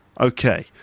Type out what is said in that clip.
Okay